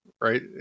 right